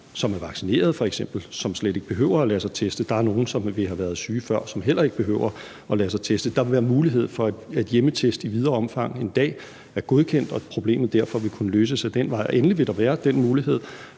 som er vaccineret f.eks., som slet ikke behøver at lade sig teste. Der er nogle, som har været syge før, som heller ikke behøver at lade sig teste. Der vil være mulighed for at hjemmeteste i videre omfang, end det i dag er godkendt, og derfor vil problemet kunne løses ad den vej. Og endelig vil der være den mulighed,